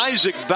Isaac